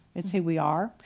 it's who we are.